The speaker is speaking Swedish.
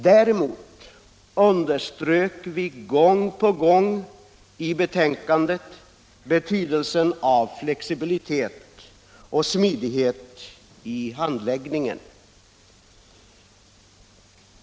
Däremot underströk vi gång på gång i betänkandet betydelsen av flexibilitet och smidighet i handläggningen.